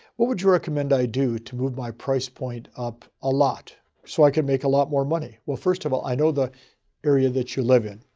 what would you recommend i do to move my price point up a lot so i can make a lot more money? well, first of all, i know the area that you live in